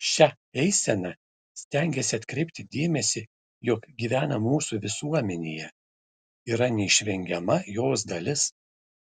šia eisena stengiasi atkreipti dėmesį jog gyvena mūsų visuomenėje yra neišvengiama jos dalis